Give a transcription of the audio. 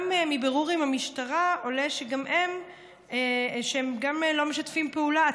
גם מבירור עם המשטרה עולה שהם לא משתפים פעולה,